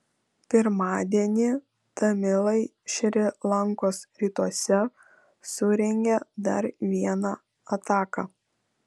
pirmadienį tamilai šri lankos rytuose surengė dar vieną ataką